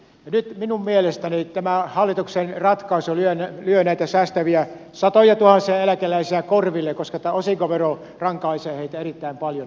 nyt minun mielestäni tämä hallituksen ratkaisu lyö näitä säästäviä satojatuhansia eläkeläisiä korville koska osinkovero rankaisee heitä erittäin paljon